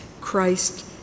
Christ